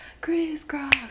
crisscross